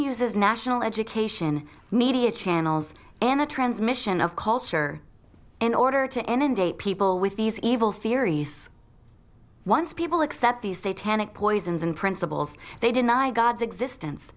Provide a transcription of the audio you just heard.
is national education media channels and the transmission of culture in order to inundate people with these evil theories once people accept these say tannic poisons and principles they deny god's existence